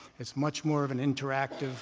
it's much more of an interactive